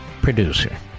producer